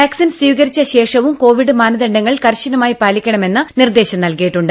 vaccine സ്വീകരിച്ച ശേഷവും Covid മാനദണ്ഡങ്ങൾ കർശനമായി പാലിക്കണമെന്ന് നിർദ്ദേശം നൽകിയിട്ടുണ്ട്